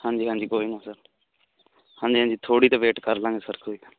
ਹਾਂਜੀ ਹਾਂਜੀ ਕੋਈ ਨਾ ਸਰ ਹਾਂਜੀ ਹਾਂਜੀ ਥੋੜ੍ਹੀ ਤਾਂ ਵੇਟ ਕਰ ਲਾਂਗੇ ਸਰ ਕੋਈ